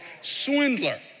Swindler